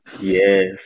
yes